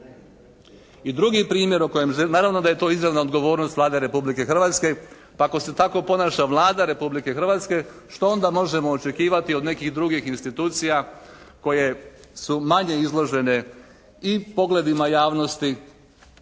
o kojem želim, naravno da je to izravna odgovornost Vlade Republike Hrvatske. Ako se tako ponaša Vlada Republike Hrvatske što onda možemo očekivati od nekih drugih institucija koje su manje izložene i pogledima javnosti